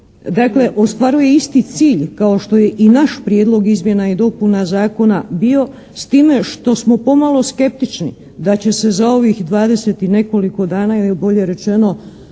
dakle ostvaruje isti cilj kao što je i naš prijedlog izmjena i dopuna zakona bio s time što smo pomalo skeptični da će se za ovih 20 i nekoliko dana ili bolje rečeno